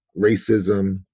racism